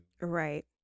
right